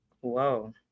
Whoa